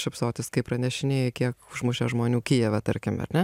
šypsotis kai pranešinėji kiek užmušė žmonių kijeve tarkim ar ne